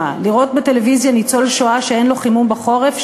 לראות בטלוויזיה ניצול שואה שאין לו חימום בחורף?